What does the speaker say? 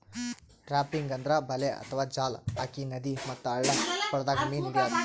trapping ಅಂದ್ರ ಬಲೆ ಅಥವಾ ಜಾಲ್ ಹಾಕಿ ನದಿ ಮತ್ತ್ ಹಳ್ಳ ಕೊಳ್ಳದಾಗ್ ಮೀನ್ ಹಿಡ್ಯದ್